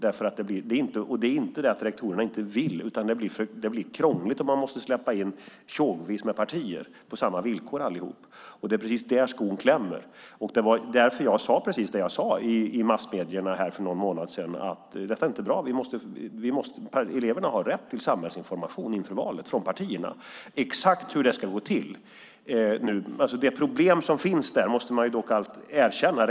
Och det är inte därför att rektorerna inte vill, utan det är för att det blir krångligt om man måste släppa in tjogvis med partier på samma villkor allihop. Det är precis där skon klämmer. Det var därför som jag sade precis det jag sade i massmedierna för någon månad sedan, att detta inte är bra, att eleverna har rätt till samhällsinformation inför valet från partierna. De problem som finns där måste man dock erkänna.